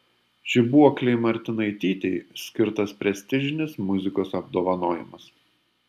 žibuoklei martinaitytei skirtas prestižinis muzikos apdovanojimas